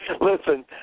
listen